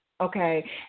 Okay